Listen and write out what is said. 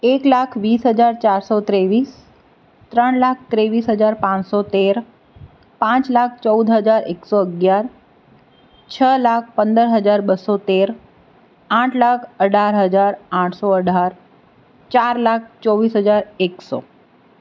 એક લાખ વીસ હજાર ચારસો ત્રેવીસ ત્રણ લાખ ત્રેવીસ હજાર પાંચસો તેર પાંચ લાખ ચૌદ હજાર એકસો અગિયાર છ લાખ પંદર હજાર બસો તેર આઠ લાખ અઢાર હજાર આઠસો અઢાર ચાર લાખ ચોવીસ હજાર એકસો